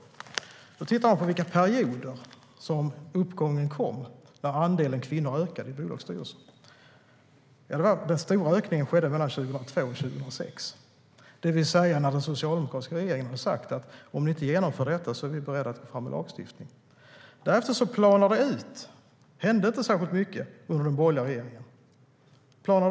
Man kan titta på under vilka perioder uppgången kom och andelen kvinnor i bolagsstyrelserna ökade. Den stora ökningen skedde mellan 2002 och 2006, det vill säga när den socialdemokratiska regeringen hade sagt: Om ni inte genomför detta är vi beredda att ta fram en lagstiftning. Därefter planar det ut. Det hände inte särskilt mycket under den borgerliga regeringen.